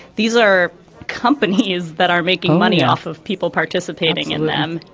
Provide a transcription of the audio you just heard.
these are companies that are making money off of people participating in them.